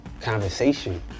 conversation